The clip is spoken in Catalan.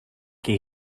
qui